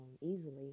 easily